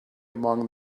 among